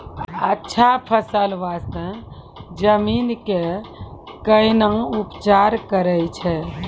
अच्छा फसल बास्ते जमीन कऽ कै ना उपचार करैय छै